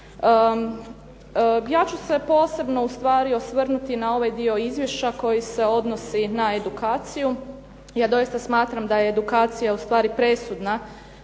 Ja ću se posebno ustvari osvrnuti na ovaj dio izvješća koji se odnosi na edukaciju. Ja doista smatram da je edukacija ustvari presudna